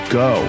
go